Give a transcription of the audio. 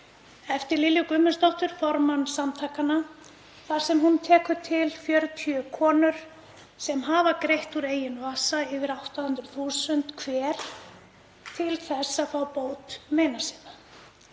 eftir Lilju Guðmundsdóttur, formann samtakanna, þar sem hún tekur til 40 konur sem hafa greitt úr eigin vasa yfir 800.000 hver til þess að fá bót meina sinna.